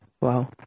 Wow